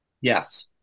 Yes